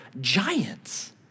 giants